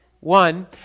One